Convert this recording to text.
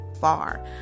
far